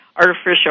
artificial